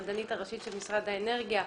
המדענית הראשית של משרד האנרגיה,